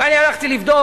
ואני הלכתי לבדוק,